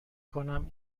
کنم